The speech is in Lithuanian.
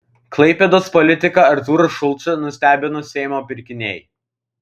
klaipėdos politiką artūrą šulcą nustebino seimo pirkiniai